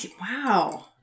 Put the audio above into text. wow